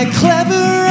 clever